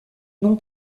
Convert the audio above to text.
non